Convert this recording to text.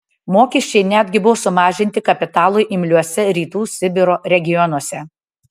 mokesčiai netgi buvo sumažinti kapitalui imliuose rytų sibiro regionuose